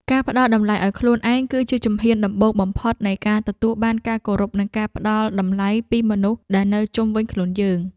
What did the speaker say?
ការផ្ដល់តម្លៃឱ្យខ្លួនឯងគឺជាជំហានដំបូងបំផុតនៃការទទួលបានការគោរពនិងការផ្ដល់តម្លៃពីមនុស្សដែលនៅជុំវិញខ្លួនយើង។